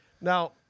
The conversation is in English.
Now